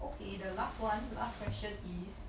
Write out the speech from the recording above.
okay the last one last question is